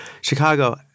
Chicago